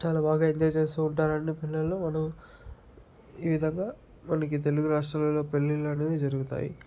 చాలా బాగా ఎంజాయ్ చేస్తూ ఉంటారు అండ్ పిల్లలు మనం ఈ విధంగా మనకి తెలుగు రాష్ట్రాలలో పెళ్ళిళ్ళు అనేది జరుగుతాయి